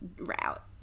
route